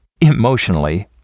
emotionally